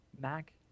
Mac